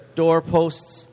doorposts